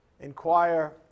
inquire